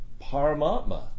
Paramatma